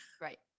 Right